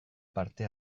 parte